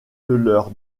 leur